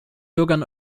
bürgern